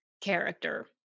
character